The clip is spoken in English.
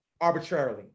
arbitrarily